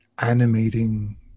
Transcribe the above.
animating